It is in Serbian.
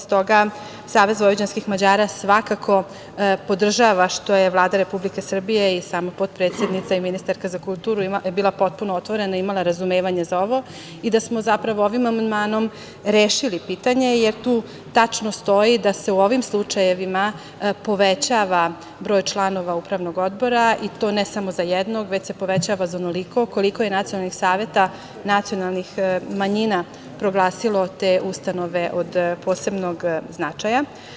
S toga, SVM svakako podržava što je Vlada Republike Srbije i sama potpredsednica i ministarka za kulturu bila potpuno otvorena i imala razumevanje za ovo i da smo zapravo ovim amandmanom rešili pitanje, jer tu tačno stoji da se u ovim slučajevima povećava broj članova upravnog odbora i to ne samo za jednog, već se povećava za onoliko koliko je nacionalnih saveta nacionalnih manjina proglasilo te ustanove od posebnog značaja.